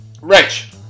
Rich